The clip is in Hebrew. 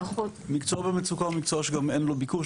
מקצוע במצוקה הוא מקצוע גם שאין לו ביקוש,